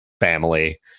Family